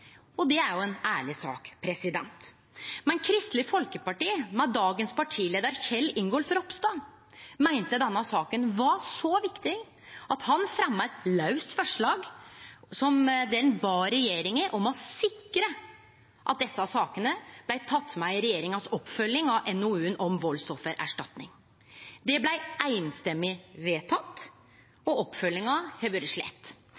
og det er ei ærleg sak. Men Kristeleg Folkeparti, med dagens partileiar Kjell Ingolf Ropstad, meinte denne saka var så viktig at han fremja eit laust forslag der ein bad regjeringa om å sikre at desse sakene blei tekne med i regjeringa si oppfølging av NOU-en om valdsoffererstatning. Det blei samrøystes vedteke – og oppfølginga har vore slett.